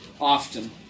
often